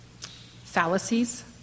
fallacies